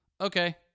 Okay